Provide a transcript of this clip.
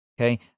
okay